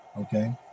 Okay